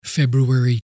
February